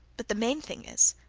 but the main thing is,